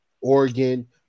Oregon